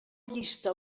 llista